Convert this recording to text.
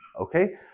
Okay